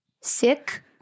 Sick